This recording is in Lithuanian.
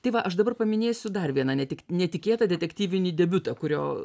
tai va aš dabar paminėsiu dar vieną ne tik netikėtą detektyvinį debiutą kurio